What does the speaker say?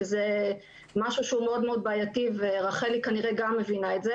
שזה משהו מאוד בעייתי ורחלי כנראה גם מבינה את זה